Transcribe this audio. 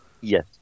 Yes